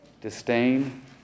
disdain